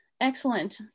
Excellent